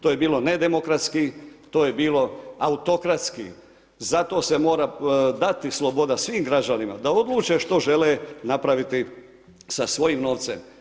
To je bilo ne demokratski, to je bilo autokratski zato se mora dati sloboda svim građanima da odluče što žele napraviti sa svojim novcem.